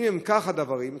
אם כך הדברים,